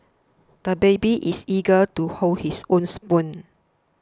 the baby is eager to hold his own spoon